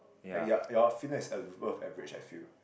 like ya your fitness is above average I feel